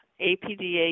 APDA